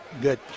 good